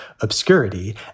obscurity